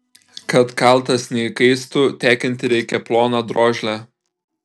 kad kaltas neįkaistų tekinti reikia ploną drožlę